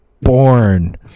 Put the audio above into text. born